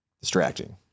distracting